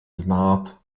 znát